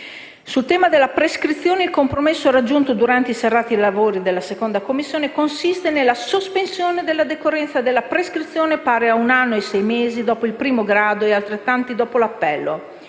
Sul tema della prescrizione, il compromesso raggiunto durante i serrati lavori della 2a Commissione consiste nella sospensione della decorrenza della prescrizione pari ad un anno e sei mesi dopo il primo grado e altrettanti dopo l'appello.